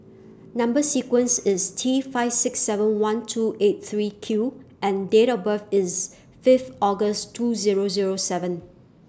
Number sequence IS T five six seven one two eight three Q and Date of birth IS Fifth August two Zero Zero seven